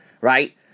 Right